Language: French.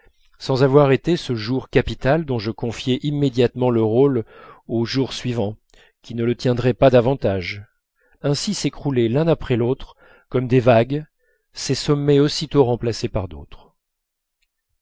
sans avoir été ce jour capital dont je confiais immédiatement le rôle au jour suivant qui ne le tiendrait pas davantage ainsi s'écroulaient l'un après l'autre comme des vagues ces sommets aussitôt remplacés par d'autres